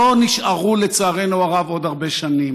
לא נשארו, לצערנו הרב, עוד הרבה שנים.